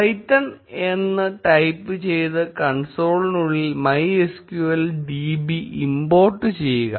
Python എന്ന് type ചെയ്ത് കൺസോളിനുള്ളിൽ MySQL db ഇമ്പോർട്ട് ചെയ്യുക